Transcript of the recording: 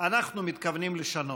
אנחנו מתכוונים לשנות.